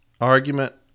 argument